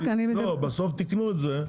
בסוף תיקנו את זה.